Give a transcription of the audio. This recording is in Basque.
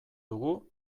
dugu